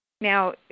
Now